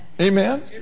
Amen